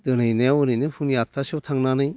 दोनहैनायाव ओरैनो फुंनि आठथासोआव थांनानै